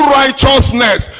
righteousness